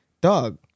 dog